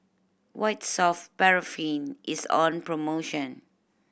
White Soft Paraffin is on promotion